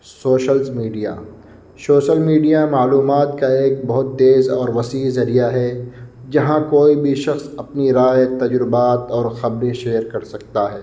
socials media social media معلومات کا ایک بہت تیز اور وسیع ذریعہ ہے جہاں کوئی بھی شخص اپنی رائے تجربات اور خبریں شیئر کر سکتا ہے